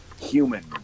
human